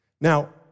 Now